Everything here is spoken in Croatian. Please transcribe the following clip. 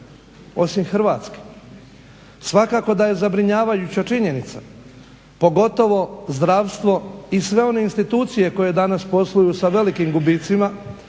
osim Hrvatske. Svakako da je zabrinjavajuća činjenica, pogotovo zdravstvo i sve one institucije koje danas posluju sa velikim gubicima,